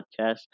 podcast